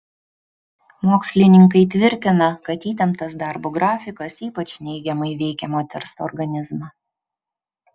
mokslininkai tvirtina kad įtemptas darbo grafikas ypač neigiamai veikia moters organizmą